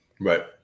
Right